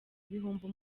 ibihumbi